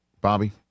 Bobby